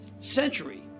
century